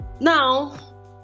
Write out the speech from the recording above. Now